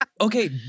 okay